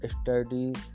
studies